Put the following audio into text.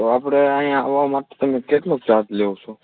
તો આપણે અહીંયા આવવામાં તમે કેટલો ચાર્જ લો છો